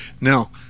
Now